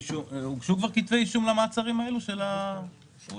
הוגשו כבר כתבי אישום על המעצרים האלו של ה --- תראו,